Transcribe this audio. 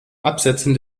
absetzen